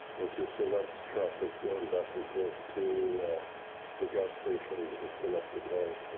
okay, so that's traffic going back and forth to the gas station to fill up the cars